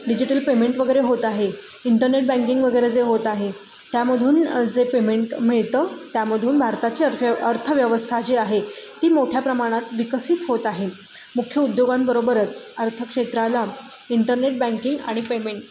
digital payment वगैरे होत आहे इंटरनेट बँकिंग वगैरे जे होत आहे त्यामधून जे पेमेंट मिळतं त्यामधून भारताची अर्थ व अर्थव्यवस्था जी आहे ती मोठ्या प्रमाणात विकसित होत आहे मुख्य उद्योगांबरोबरच अर्थक्षेत्राला इंटरनेट बँकिंग आणि पेमेंट